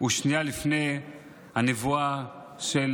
ושנייה לפני הנבואה של